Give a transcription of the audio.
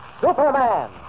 Superman